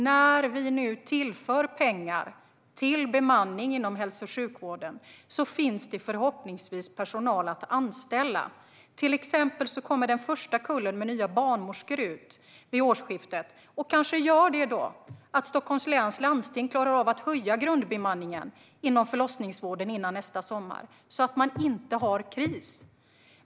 När vi nu tillför pengar till bemanning inom hälso och sjukvården kommer det förhoppningsvis att finnas personal att anställa. Till exempel kommer den första kullen med nya barnmorskor ut vid årsskiftet. Kanske gör detta att Stockholms läns landsting klarar att höja grundbemanningen inom förlossningsvården före nästa sommar så att man inte har kris.